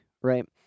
right